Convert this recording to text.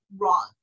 wrong